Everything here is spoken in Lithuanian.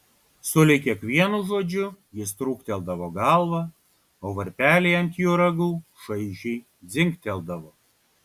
sulig kiekvienu žodžiu jis trūkteldavo galvą o varpeliai ant jo ragų šaižiai dzingteldavo